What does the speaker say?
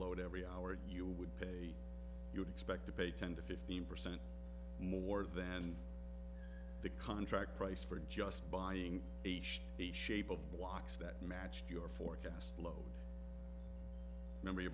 load every hour you would pay you would expect to pay ten to fifteen percent more than the contract price for just buying h the shape of blocks that matched your forecast low mem